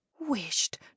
wished